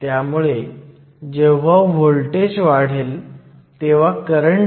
म्हणून आता आपल्याला या 3 सामग्रीसाठी बिल्ट इन पोटेन्शियलची गणना करणे आवश्यक आहे